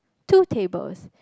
two tables